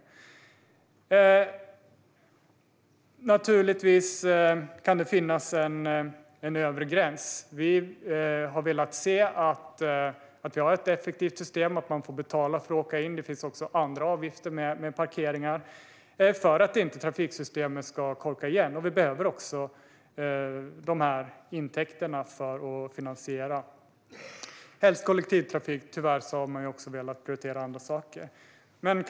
Det kan naturligtvis finnas en övre gräns. Vi har velat ha ett effektivt system. För att trafiksystemet inte ska korka igen får man betala för att åka in. Det finns också andra avgifter, till exempel för parkeringar. Vi behöver också intäkterna för att finansiera, helst kollektivtrafik. Tyvärr har man velat prioritera andra saker också.